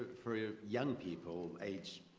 for young people, age,